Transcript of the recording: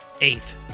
eighth